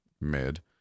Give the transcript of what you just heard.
mid